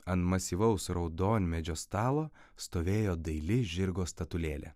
ant masyvaus raudonmedžio stalo stovėjo daili žirgo statulėlė